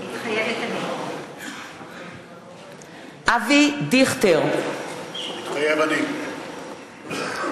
מתחייבת אני אבי דיכטר, מתחייב אני דני